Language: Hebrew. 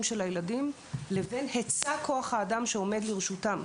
של הילדים לבין היצע כוח האדן שעומד לרשותם,